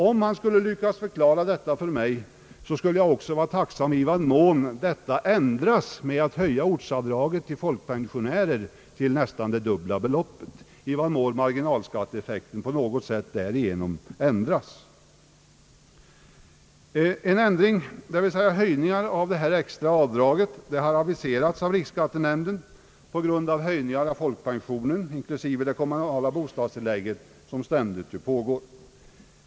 Om han lyckas med det, skulle jag också vara tacksam för att få veta i vad mån marginalskatteeffekten ändras genom att man höjer ortsavdraget för folkpensionärer till nästan det dubbla beloppet. En ändring — dvs. en höjning av det extra avdraget — har redovisats av riksskattenämnden på grund av den höjning av folkpensionen inklusive det kommunala bostadstillägget som ständigt pågår.